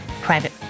private